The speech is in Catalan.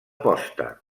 posta